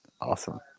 awesome